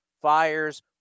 Fires